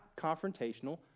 confrontational